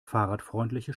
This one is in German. fahrradfreundliche